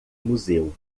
museu